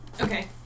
Okay